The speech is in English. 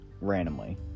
randomly